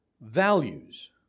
values